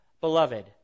beloved